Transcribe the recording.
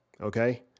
Okay